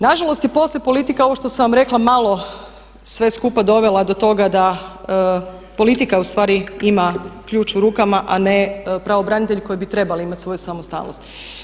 Nažalost je poslije politike ovo što sam vam rekla malo sve skupa dovela do toga da politika ustvari ima ključ u rukama a ne pravobranitelji koji bi trebali imati svoju samostalnost.